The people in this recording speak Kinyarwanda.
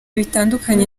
bitandukanye